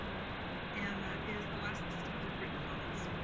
and that is the last of the written comments.